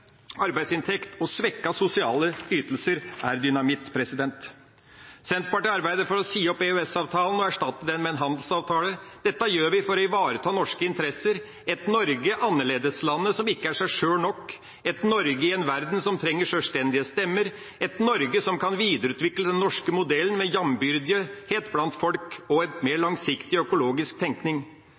arbeidsinntekt og svekkede sosiale ytelser er dynamitt. Senterpartiet arbeider for å si opp EØS-avtalen og erstatte den med en handelsavtale. Dette gjør vi for å ivareta norske interesser og et Norge som er annerledeslandet, som ikke er seg sjøl nok, et Norge som er et land i en verden som trenger sjølstendige stemmer, et Norge som kan videreutvikle den norske modellen med jambyrdighet blant folk og en mer langsiktig, økologisk tenkning.